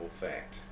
fact